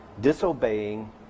disobeying